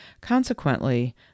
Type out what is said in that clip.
Consequently